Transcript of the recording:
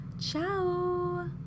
ciao